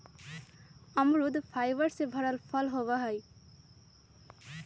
अमरुद फाइबर से भरल फल होबा हई